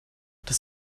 das